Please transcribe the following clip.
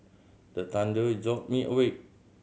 the thunder jolt me awake